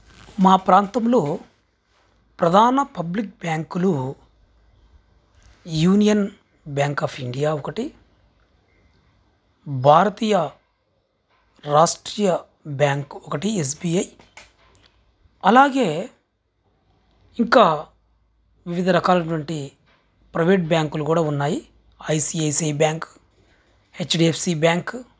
మా ప్రాంతంలో ప్రధాన పబ్లిక్ బ్యాంకులు యూనియన్ బ్యాంక్ ఆఫ్ ఇండియా ఒకటి భారతీయ రాష్ట్రీయ బ్యాంక్ ఒక్కటి ఎస్ బి ఐ అలాగే ఇంకా వివిధ రకాలటువంటి ప్రైవేట్ బ్యాంకులు కూడా ఉన్నాయి I C I C I bank H D F C bank